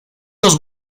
los